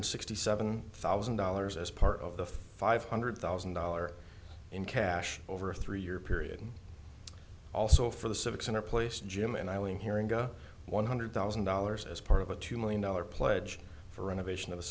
hundred sixty seven thousand dollars as part of the five hundred thousand dollars in cash over a three year period also for the civic center place jim and eileen hearing go one hundred thousand dollars as part of a two million dollars pledge for renovation of the